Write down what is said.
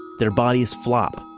their bodies flop,